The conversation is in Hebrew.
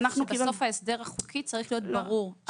שבסוף ההסדר החוקי צריך להיות ברור,